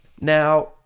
Now